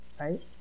right